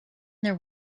there